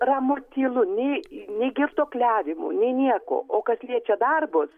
ramu tylu nei nei girtuokliavimų nei nieko o kas liečia darbus